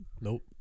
Nope